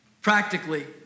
practically